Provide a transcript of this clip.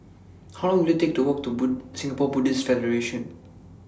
How Long Will IT Take to Walk to Singapore Buddhist Federation